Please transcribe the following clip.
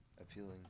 appealing